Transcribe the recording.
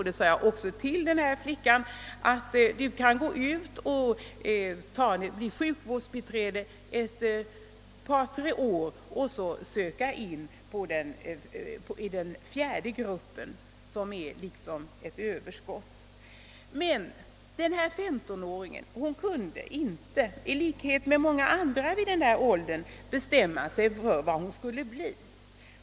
Jag sade också till flickan: Du kan tjänstgöra som sjukvårdsbiträde under ett par tre år och så söka i den fjärde gruppen, som liksom representerar ett överskott. Men när hon var 15 år och slutade realskolan kunde hon inte — i likhet med många andra i den åldern — bestämma sig för vad hon skulle bli.